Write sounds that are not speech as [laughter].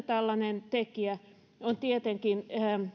[unintelligible] tällainen tekijä on tietenkin